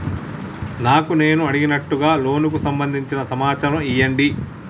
నాకు నేను అడిగినట్టుగా లోనుకు సంబందించిన సమాచారం ఇయ్యండి?